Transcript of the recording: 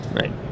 Right